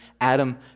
Adam